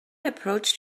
approached